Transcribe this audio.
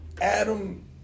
Adam